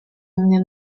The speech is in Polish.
mnie